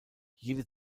jede